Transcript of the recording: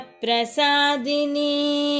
prasadini